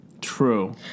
True